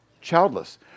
childless